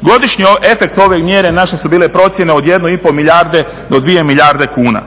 Godišnji efekt ove mjere naše su bile procjene od 1,5 milijarde do 2 milijarde kuna.